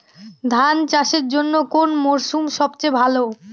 ধান চাষের জন্যে কোন মরশুম সবচেয়ে ভালো?